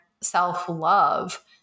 self-love